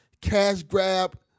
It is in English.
cash-grab